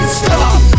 stop